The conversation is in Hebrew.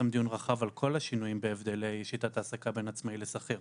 דיון רחב על כל השינויים בהבדלי שיטת העסקה בין העצמאי לשכיר.